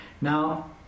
Now